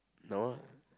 no